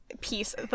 piece